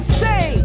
say